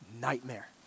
Nightmare